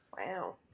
Wow